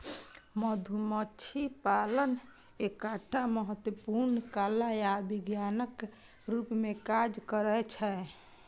मधुमाछी पालन एकटा महत्वपूर्ण कला आ विज्ञानक रूप मे काज करै छै